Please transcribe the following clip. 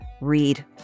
read